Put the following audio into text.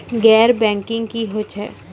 गैर बैंकिंग की होय छै?